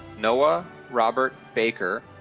noah robert baker,